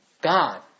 God